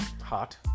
Hot